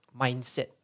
mindset